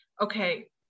okay